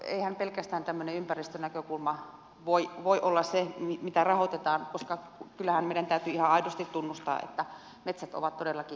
eihän pelkästään tämmöinen ympäristönäkökulma voi olla se mitä rahoitetaan koska kyllähän meidän täytyy ihan aidosti tunnustaa että metsät ovat todellakin se hiilinielu